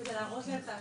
כדי להראות את ההשלכות.